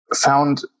found